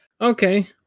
Okay